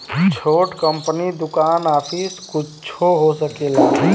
छोट कंपनी दुकान आफिस कुच्छो हो सकेला